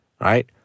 Right